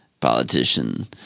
politician